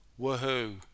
woohoo